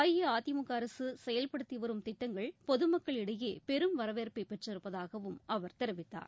அஇஅதிமுக அரசு செயல்படுத்தி வரும் திட்டங்கள் பொதுமக்கள் இடையே பெரும் வரவேற்வை பெற்றிருப்பதாகவும் அவர் தெரிவித்தார்